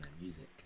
music